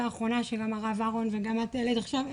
האחרונה שאמר הרב אהרון וגם את העלית עכשיו,